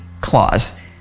clause